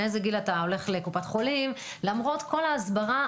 מאיזה גיל אתה הולך לקופת חולים למרות כל ההסברה,